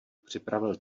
připravil